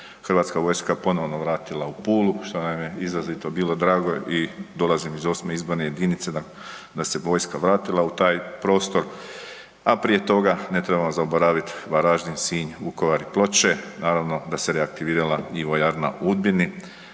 2019. HV ponovno vratila u Pulu, što nam je izrazito bilo drago i dolazim iz 8. izborne jedinice, da se vojska vratila u taj prostor, a prije toga ne trebamo zaboraviti Varaždin, Sinj, Vukovar i Ploče, naravno da se reaktivirala i vojarna u Udbini.